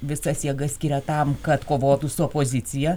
visas jėgas skiria tam kad kovotų su opozicija